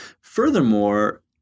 Furthermore